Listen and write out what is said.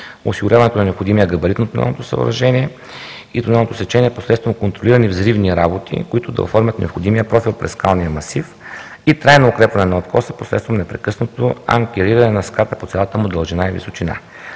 Осигуряване на необходимия габарит на тунелното съоръжение и тунелното сечение посредством контролирани взривни работи, които да оформят необходимия профил през скалния масив, и трайно укрепване на откоса посредством непрекъснато анкериране на ската по цялата му дължина и височина.